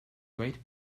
great